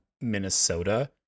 Minnesota